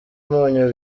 umunyu